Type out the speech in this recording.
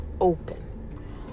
open